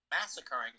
massacring